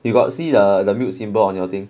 you got see the the mute symbol on your thing